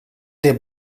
der